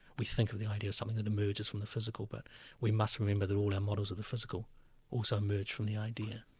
we think of the idea as something that emerges from the physical, but we must remember that all our models of the physical also merge from the idea.